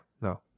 No